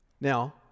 Now